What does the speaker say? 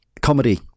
Comedy